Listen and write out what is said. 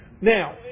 now